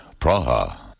Praha